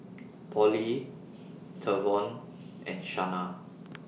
Polly Trevon and Shanna